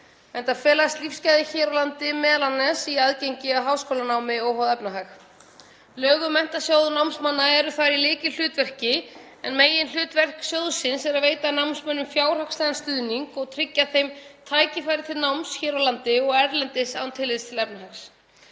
enda felast lífsgæði hér á landi m.a. í aðgengi að háskólanámi óháð efnahag. Lög um Menntasjóð námsmanna eru þar í lykilhlutverki en meginhlutverk sjóðsins er að veita námsmönnum fjárhagslegan stuðning og tryggja þeim tækifæri til náms hér á landi og erlendis án tillits til efnahags.